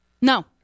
No